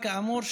כאמור,